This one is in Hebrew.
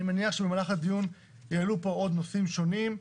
אני מניח שבמהלך הדיון יעלו פה עוד נושאים שונים.